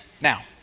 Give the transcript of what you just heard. Now